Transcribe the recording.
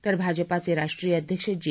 तर भाजपाचे राष्ट्रीय अध्यक्ष जे